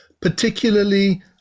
particularly